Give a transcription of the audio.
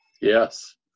Yes